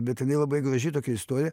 bet jinai labai graži tokia istorija